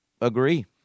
agree